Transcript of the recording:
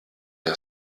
der